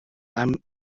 einem